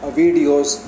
videos